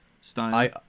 style